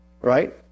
Right